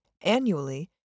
annually